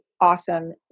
awesome